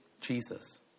Jesus